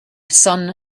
son